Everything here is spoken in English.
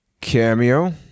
Cameo